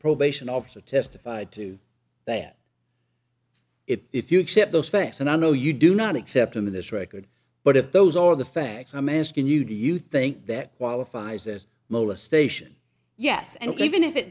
probation officer testified to that it if you accept those facts and i know you do not accept them in this record but if those are the facts i'm asking you do you think that qualifies as molestation yes and even if it